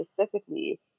specifically